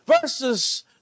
verses